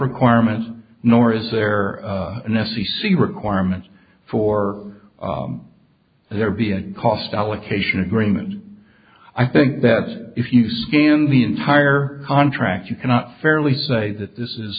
requirements nor is there an f c c requirement for there be a cost allocation agreement i think that if you scan the entire contract you cannot fairly say that this is